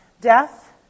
death